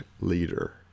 leader